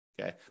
Okay